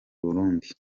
burundi